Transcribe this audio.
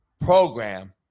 program